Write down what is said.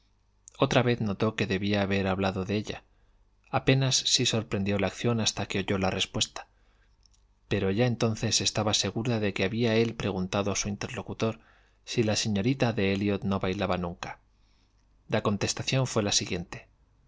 otra vez notó que debía haber hablado de ella apenas si sorprendió la acción hasta que oyó la respuesta pero ya entonces estaba segura de que había él preguntado a su interlocutor si la señorita de elliot no bailaba nunca la contestación fué la siguiente